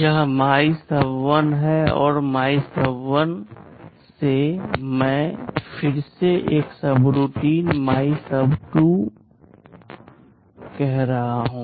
यह MYSUB1 है और MYSUB1 से मैं फिर से एक और सबरूटीन MYSUB2 कह रहा हूं